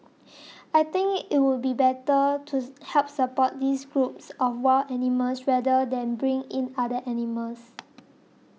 I think it would be better to help support these groups of wild animals rather than bring in other animals